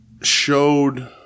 showed